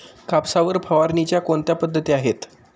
कापसावर फवारणीच्या कोणत्या पद्धती आहेत?